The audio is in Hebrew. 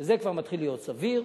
וזה כבר מתחיל להיות סביר.